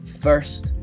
first